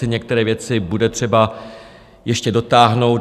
Některé věci bude třeba ještě dotáhnout.